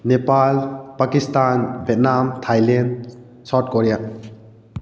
Nepal Pakistan Vietnam Thailand South Korea